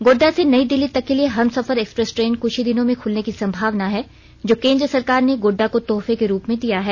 गोड़डा से नई दिल्ली तक के लिए हमसफर एक्सप्रेस ट्रेन कुछ ही दिनों में खुलने की संभावना है जो केंद्र सरकार ने गोड़डा को तोहफे के रूप में दिया है